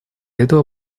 этого